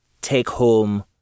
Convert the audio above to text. take-home